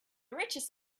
richest